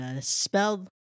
spelled